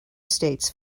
states